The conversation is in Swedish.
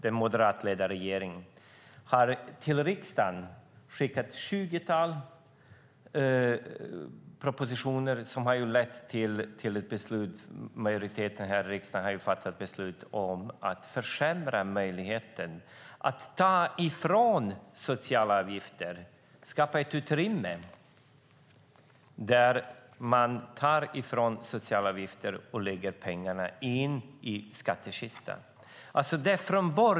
Den moderatledda regeringen har skickat ett tjugotal propositioner till riksdagen. Det har lett till att majoriteten i riksdagen har fattat beslut om att försämra möjligheten och skapa ett utrymme att ta från socialavgifter och lägga pengarna i skattkistan.